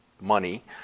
money